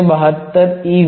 772 ev